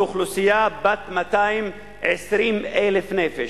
לאוכלוסייה בת 220,000 נפש.